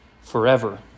forever